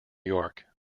york